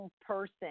person